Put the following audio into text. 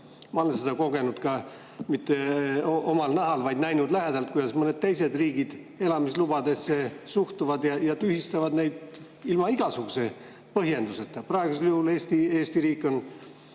Ma olen seda kogenud, mitte omal nahal, vaid näinud lähedalt, kuidas mõned teised riigid elamislubadesse suhtuvad ja tühistavad neid ilma igasuguse põhjenduseta. Praegusel juhul on Eesti riik andnud